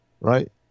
right